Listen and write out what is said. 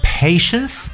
patience